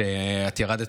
כשאת ירדת